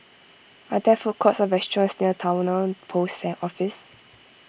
are there food courts or restaurants near Towner Post Office